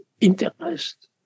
interest